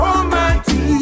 Almighty